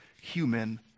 human